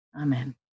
Amen